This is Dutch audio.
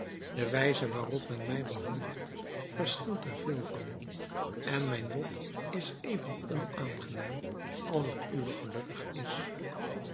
de wijze waarop men mij behandelt verschilt daar veel van en mijn lot is even onaangenaam als het uwe gelukkig is